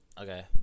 Okay